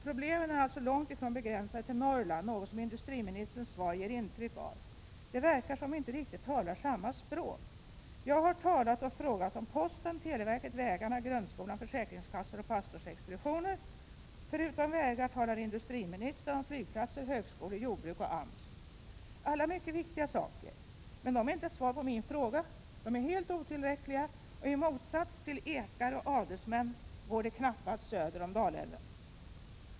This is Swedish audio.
Problemen är alltså långt ifrån begränsade till Norrland, något som industriministerns svar ger intryck av. Det verkar som om vi inte riktigt talar samma språk. Jag har talat och frågat om posten, televerket, vägarna, grundskolan, försäkringskassor och pastorsexpeditioner. Förutom vägar talar industriministern om flygplatser, högskolor, jordbruk och AMS. Allt detta är mycket viktiga saker, men de utgör inte ett svar på min fråga. De är helt otillräckliga, och i motsats till ekar och adelsmän går de knappast söder om Dalälven.